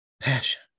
passion